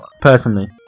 personally